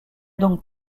donc